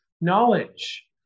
knowledge